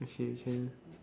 okay can